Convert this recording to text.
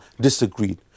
disagreed